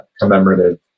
commemorative